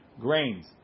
grains